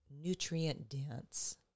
nutrient-dense